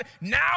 Now